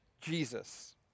Jesus